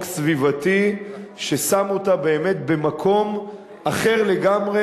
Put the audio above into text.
סביבתי ששם אותה באמת במקום אחר לגמרי.